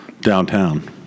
downtown